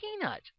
peanut